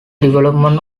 development